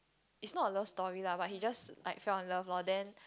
it's not a love story lah but he just like fell in love lor then